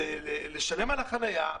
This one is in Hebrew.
לשלם על החניה,